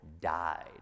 died